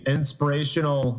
inspirational